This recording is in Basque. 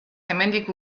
hemendik